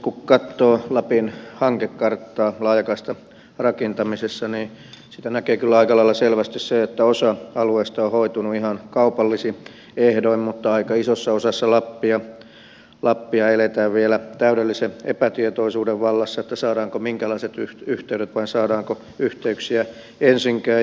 kun katsoo lapin hankekarttaa laajakaistarakentamisessa siitä näkee kyllä aika lailla selvästi sen että osa alueista on hoitunut ihan kaupallisin ehdoin mutta aika isossa osassa lappia eletään vielä täydellisen epätietoisuuden vallassa saadaanko minkälaiset yhteydet vai saadaanko yhteyksiä ensinkään